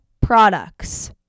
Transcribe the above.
products